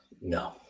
No